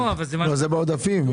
לא, זה בעודפים.